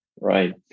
Right